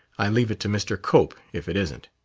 i leave it to mr. cope, if it isn't!